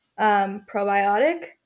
probiotic